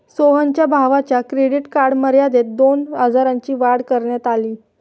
सोहनच्या भावाच्या credit card मर्यादेत दोन हजारांनी वाढ करण्यात आली